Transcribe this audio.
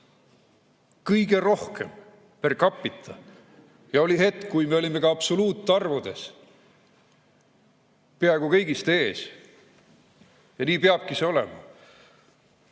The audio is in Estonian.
kõige rohkemper capita. Oli hetk, kui me olime ka absoluutarvudes peaaegu kõigist ees. Ja nii see peabki olema.